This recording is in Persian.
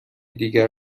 دیگر